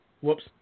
Whoops